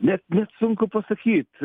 net nes sunku pasakyt